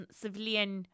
civilian